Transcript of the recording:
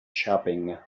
shopping